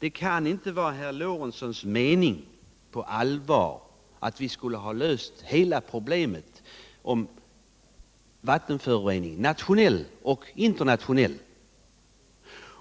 Det kan inte vara herr Lorentzons allvar att vi skulle ha löst hela problemet med vattenförorening nationellt och internationellt.